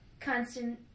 constant